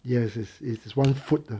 yes is is is one foot ah